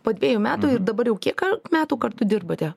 po dvejų metų ir dabar jau kiek kar metų kartu dirbate